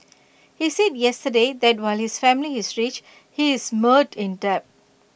he said yesterday that while his family is rich he is mired in debt